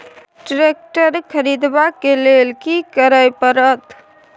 Tractor खरीदबाक लेल की करय परत?